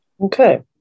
Okay